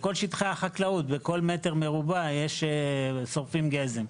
וכל שטחי החקלאות, בכל מטר מרובע שורפים גזם.